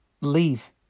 leave